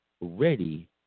ready